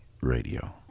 radio